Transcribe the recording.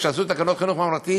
כשעשו את תקנות חינוך ממלכתי,